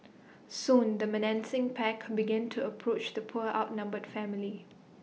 soon the menacing pack began to approach the poor outnumbered family